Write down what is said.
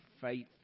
faith